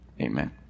Amen